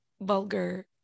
vulgar